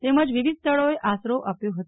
તેમજ વિવિધ સ્થળોએ આશરી આપ્યો હતો